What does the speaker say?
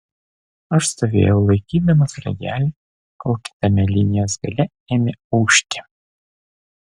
aš stovėjau laikydamas ragelį kol kitame linijos gale ėmė ūžti